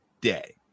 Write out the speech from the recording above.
day